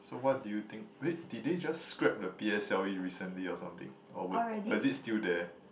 so what do you think wait did they just scrape the p_s_l_e recently or something or was or is it still there